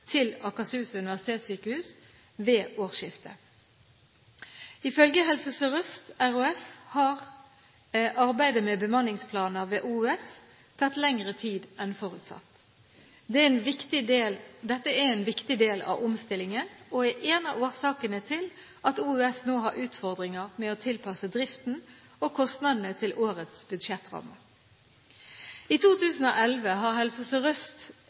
til Akershus universitetssykehus ved årsskiftet. Ifølge Helse Sør-Øst RHF har arbeidet med bemanningsplaner ved OUS tatt lengre tid enn forutsatt. Dette er en viktig del av omstillingen og er en av årsakene til at OUS nå har utfordringer med å tilpasse driften og kostnadene til årets budsjettrammer. I 2011 har Helse